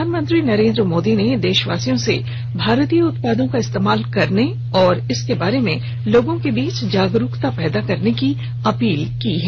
प्रधानमंत्री नरेन्द्र मोदी ने देशवासियों से भारतीय उत्पादों का इस्तेमाल करने और इसके बारे में लोगों के बीच जागरूकता पैदा करने की अपील की है